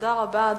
תודה רבה.